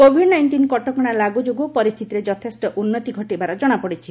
Covid nineteen କଟକଣା ଲାଗୁ ଯୋଗୁଁ ପରିସ୍ଥିତିରେ ଯଥେଷ୍ଟ ଉନ୍ନତି ଘଟିଥିବାର କଣାପଡିଛି